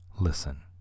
listen